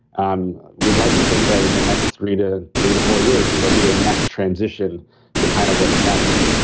um we'd like to think that in the next three to three to four years, it'll be a next transition to kind of what's next.